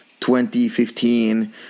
2015